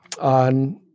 on